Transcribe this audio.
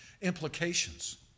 implications